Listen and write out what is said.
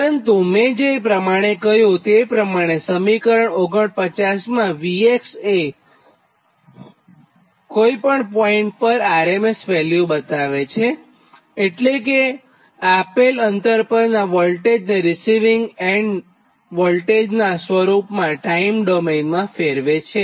પરંતુ મેં જે પ્રમાણે કહ્યુંતે પ્રમાણે સમીકરણ 49 માં V એ કોઇપણ પોઇન્ટ પર RMS કિંમત બતાવે છેએટલે કે આપેલ અંતર પરનાં વોલ્ટેજને રીસિવીંગ એન્ડ વોલ્ટેજનાં રૂપમાં ટાઇમ ડોમેઇનમાં ફેરવે છે